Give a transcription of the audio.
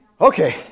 Okay